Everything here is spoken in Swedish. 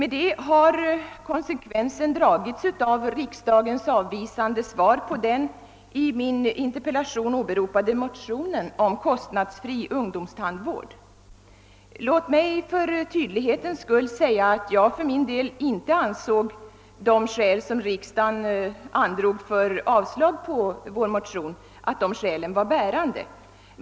Därmed har konsekvensen dragits av riksdagens avvisande hållning till den i min interpellation åberopade motionen om kostnadsfri ungdomstandvård. Låt mig för tydlighetens skull tillägga att jag för min del inte ansåg de skäl bärande som riksdagen androg för avslag på vår motion.